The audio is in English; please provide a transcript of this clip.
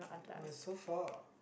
!wah! it's so far